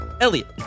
Elliot